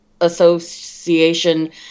Association